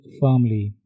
firmly